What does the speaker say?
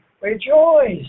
rejoice